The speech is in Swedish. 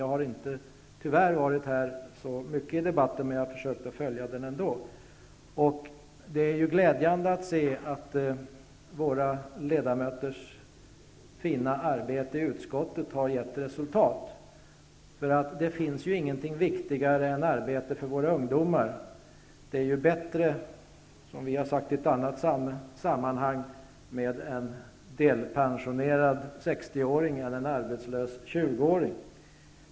Jag har tyvärr inte varit här så mycket, men jag har försökt följa debatten ändå. Det är glädjande att se att våra ledamöters fina arbete i utskottet har gett resultat. Det finns ingenting som är viktigare än arbete för våra ungdomar. Det är bättre, som vi har sagt i ett annat sammanhang, med en delpensionerad 60-åring än en arbetslös 20-åring.